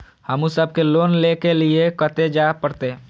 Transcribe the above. हमू सब के लोन ले के लीऐ कते जा परतें?